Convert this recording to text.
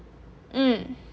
mm